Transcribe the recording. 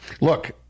Look